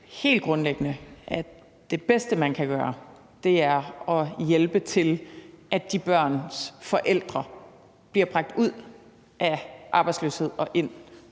helt grundlæggende, at det bedste, man kan gøre, er at hjælpe til, at de børns forældre bliver bragt ud af arbejdsløshed og ind